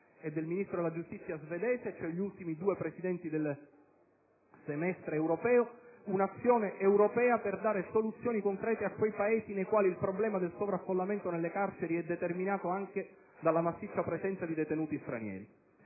e del Ministro della giustizia svedese (gli ultimi due Paesi che hanno ricoperto il semestre di presidenza europeo), un'azione europea per dare soluzioni concrete a quei Paesi nei quali il problema del sovraffollamento nelle carceri è determinato anche dalla massiccia presenza di detenuti stranieri.